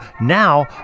now